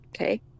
Okay